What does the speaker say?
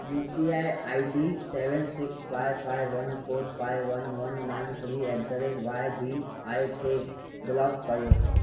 U P I I D seven six five five one four five one one nine three eight at the वाए Y B I block करियो